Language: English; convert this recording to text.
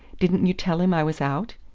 didn't you tell him i was out?